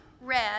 Red